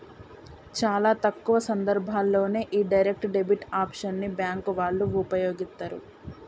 చాలా తక్కువ సందర్భాల్లోనే యీ డైరెక్ట్ డెబిట్ ఆప్షన్ ని బ్యేంకు వాళ్ళు వుపయోగిత్తరు